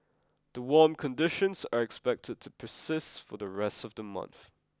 the warm conditions are expected to persist for the rest of the month